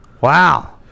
wow